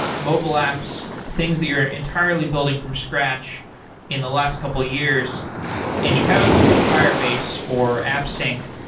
mobile apps, things that you're entirely building from scratch in the last couple years and you haven't looked at firebase or appsync,